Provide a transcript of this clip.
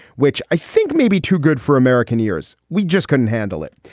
which i think may be too good for american years, we just couldn't handle it.